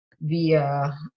via